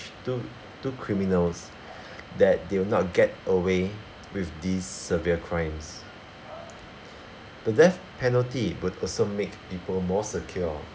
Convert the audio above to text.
to to criminals that they will not get away with these severe crimes the death penalty would also make people more secure